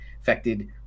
affected